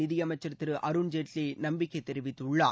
நிதியமைச்சர் திரு அருண்ஜேட்லி நம்பிக்கை தெரிவித்துள்ளார்